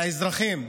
לאזרחים.